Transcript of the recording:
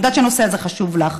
אני יודעת שהנושא הזה חשוב לך.